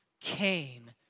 came